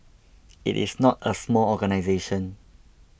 it is not a small organisation